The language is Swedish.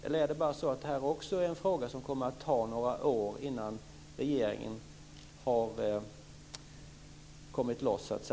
Eller är det bara så att detta också är en fråga där det kommer att ta regeringen några år att komma loss?